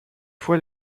fois